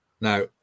Now